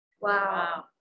Wow